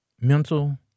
mental